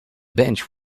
bench